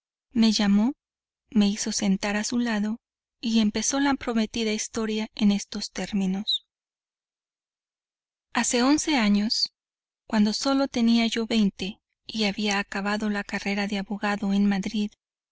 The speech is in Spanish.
me llamó me hizo sentar a su lado y empezó la prometida historia en estos términos hace once años cuando solo tenía yo veinte y había acabado la carrera de abogado en madrid